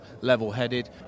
level-headed